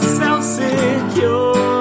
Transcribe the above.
self-secure